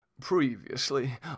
Previously